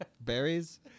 Berries